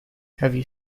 heavy